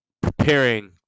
preparing